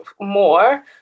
more